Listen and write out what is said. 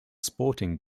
sporting